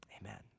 Amen